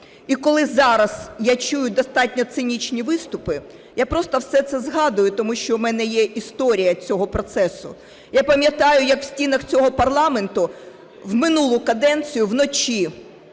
І коли зараз я чую достатньо цинічні виступи, я просто все це згадую, тому що у мене є історія цього процесу. Я пам'ятаю, як в стінах цього парламенту в минулу каденцію вночі